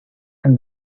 and